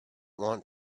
want